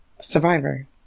survivor